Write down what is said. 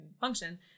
function